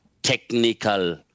technical